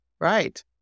right